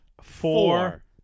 four